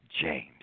James